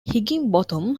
higginbotham